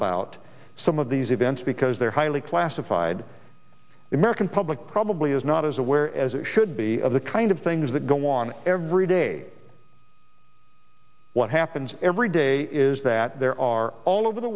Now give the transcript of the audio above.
about some of these events because their highly classified american public probably is not as aware as it should be of the kind of things that go on every day what happens every day is that there are all over the